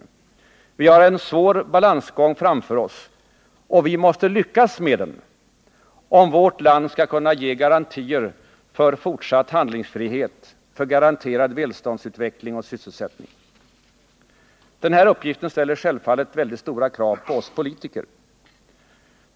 Sverige har en svår balansgång framför sig. Och vi måste lyckas med den, om vårt land skall kunna skapa garantier för fortsatt ekonomisk handlingsfrihet, för garanterad välståndsutveckling och sysselsättning. Denna uppgift ställer självfallet väldigt stora krav på oss politiker.